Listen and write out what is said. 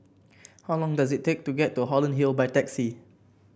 how long does it take to get to Holland Hill by taxi